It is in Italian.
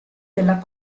della